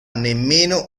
nemmeno